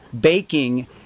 baking